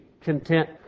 content